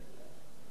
או שאני טועה?